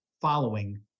following